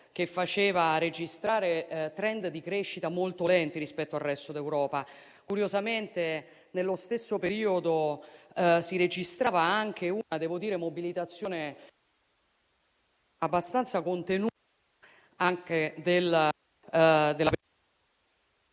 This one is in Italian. che faceva registrare *trend* di crescita molto lenti rispetto al resto d'Europa. Curiosamente, nello stesso periodo si registrava anche una mobilitazione abbastanza contenuta anche...